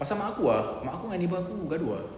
pasal mak aku ah mak aku dengan neighbour aku gaduh ah